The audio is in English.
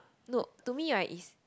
no to me right is